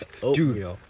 Dude